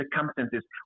circumstances